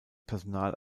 personal